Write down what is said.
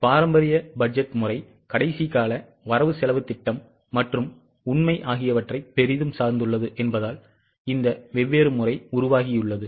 பாரம்பரிய பட்ஜெட் முறை கடைசி கால வரவு செலவுத் திட்டம் மற்றும் உண்மை ஆகியவற்றைப் பெரிதும் சார்ந்துள்ளது என்பதால் இந்த வெவ்வேறு முறை உருவாகியுள்ளது